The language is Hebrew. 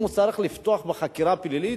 אם הוא צריך לפתוח בחקירה פלילית,